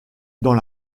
dans